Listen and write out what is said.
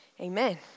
amen